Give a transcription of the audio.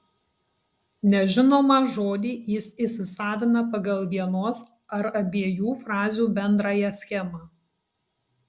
nežinomą žodį jis įsisavina pagal vienos ar abiejų frazių bendrąją schemą